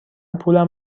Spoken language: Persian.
پولم